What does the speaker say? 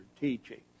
teaching